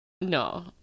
No